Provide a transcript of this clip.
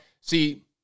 See